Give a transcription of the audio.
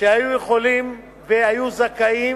שהיו יכולים והיו זכאים,